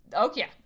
okay